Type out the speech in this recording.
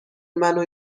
منو